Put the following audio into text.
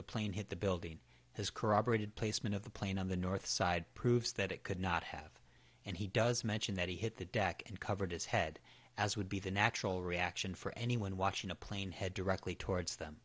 the plane hit the building his corroborated placement of the plane on the north side proves that it could not have and he does mention that he hit the deck and covered his head as would be the natural reaction for anyone watching a plane head directly towards them